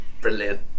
Brilliant